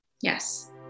Yes